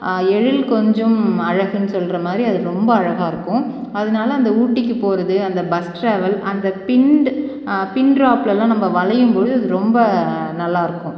எழில் கொஞ்சம் அழகுன்னு சொல்லுற மாதிரி அது ரொம்ப அழகாக இருக்கும் அதனால் அந்த ஊட்டிக்கு போகறது அந்த பஸ் ட்ராவல் அந்த பிண்ட் பிண்ட்ராப்லலாம் நம்ப வளையும்போது அது ரொம்ப நல்லா இருக்கும்